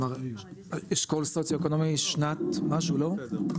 כלומר אשכול סוציו אקונומי היא שנת משהו לא?